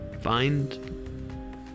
find